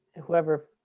whoever